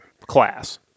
class